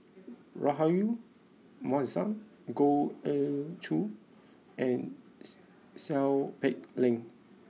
Rahayu Mahzam Goh Ee Choo and Seow Peck Leng